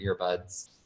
earbuds